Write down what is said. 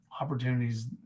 opportunities